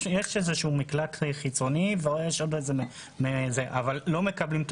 יש איזשהו מקלט חיצוני אבל לא מקבלים את